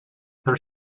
their